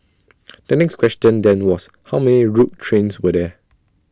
the next question then was how many rogue trains were there